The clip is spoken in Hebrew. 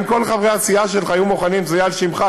אם כל חברי הסיעה שלך יהיו מוכנים שזה יהיה על שמך,